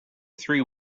three